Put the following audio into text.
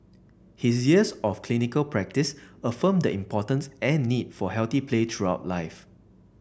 his years of clinical practice affirmed the importance and need for healthy play throughout life